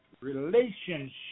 Relationship